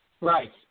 Right